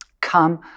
Come